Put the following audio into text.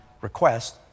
request